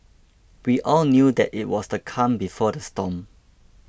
we all knew that it was the calm before the storm